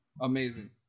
amazing